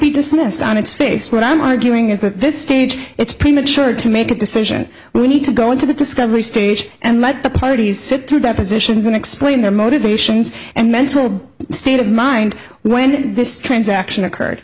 be dismissed on its face what i'm arguing is that this stage it's premature to make a decision we need to go into the discovery stage and let the parties sit through depositions and explain their motivations and mental state of mind when this transaction occurred